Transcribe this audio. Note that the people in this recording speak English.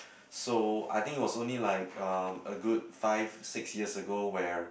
so I think it was only like um a good five six years ago where